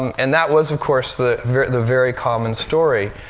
and that was, of course, the very the very common story.